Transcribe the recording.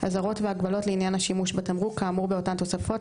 אזהרות והגבלות לעניין השימוש בתמרוק כאמור באותן תוספות,